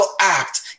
act